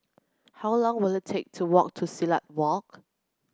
how long will it take to walk to Silat Walk